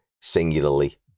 singularly